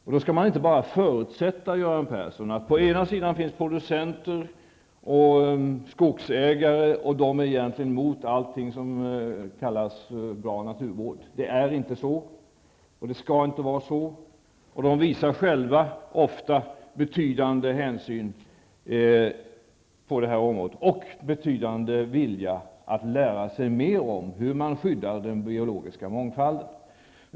Då skall man inte bara förutsätta, Göran Persson, att man på den ena sidan har producenter och skogsägare som egentligen är emot allting som kallas bra naturvård. Det är inte så och skall inte vara så. De visar ofta betydande hänsyn på det här området och en betydande vilja att lära sig mer om hur man skyddar den biologiska mångfalden.